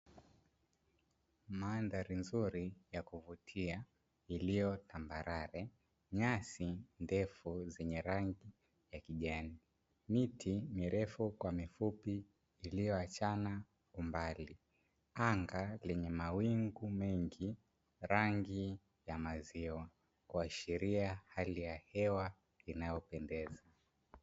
Mandhari nzuri ya kuvutia iliyo tambarare, nyasi ndefu zenye rangi ya kijani, miti mirefu kwa mifupi iliyoachana umbali; anga lenye mawingu mengi ya rangi ya maziwa kuashiria hali ya hewa inayopendeza.